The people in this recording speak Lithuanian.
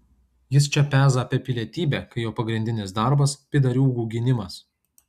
jis čia peza apie pilietybę kai jo pagrindinis darbas pydariūgų gynimas